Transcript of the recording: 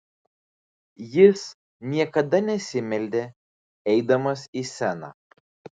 jis niekada nesimeldė eidamas į sceną